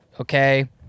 okay